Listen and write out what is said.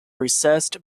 recessed